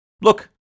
Look